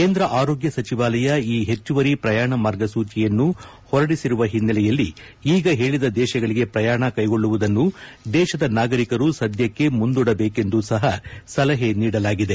ಕೇಂದ್ರ ಆರೋಗ್ಯ ಸಚಿವಾಲಯ ಈ ಹೆಚ್ಚುವರಿ ಪ್ರಯಾಣ ಮಾರ್ಗಸೂಚಿಯನ್ನು ಹೊರಡಿಸಿರುವ ಹಿನ್ನೆಲೆಯಲ್ಲಿ ಈಗ ಹೇಳಿದ ದೇಶಗಳಿಗೆ ಪ್ರಯಾಣ ಕ್ಲೆಗೊಳ್ಳುವುದನ್ನು ದೇಶದ ನಾಗರಿಕರು ಸದ್ದಕ್ಷೆ ಮುಂದೂಡಬೇಕೆಂದೂ ಸಪ ಸಲಹೆ ನೀಡಲಾಗಿದೆ